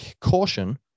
caution